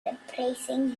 reprising